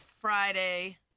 Friday